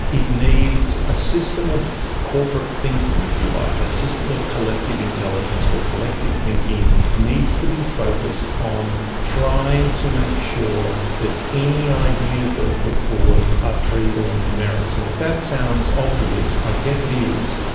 it needs a system of corporate thinking, if you like, a system of collective intelligence or collective thinking needs to be focused on trying to make sure that any ideas that are put forward are treated on their merits. and if that sounds obvious, i guess it is,